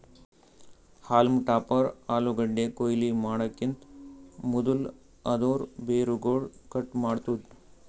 haulm topper ಆಲೂಗಡ್ಡಿ ಕೊಯ್ಲಿ ಮಾಡಕಿಂತ್ ಮದುಲ್ ಅದೂರ್ ಬೇರುಗೊಳ್ ಕಟ್ ಮಾಡ್ತುದ್